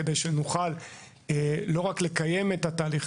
כדי שנוכל לא רק לקיים את התהליך,